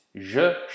Je